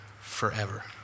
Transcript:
forever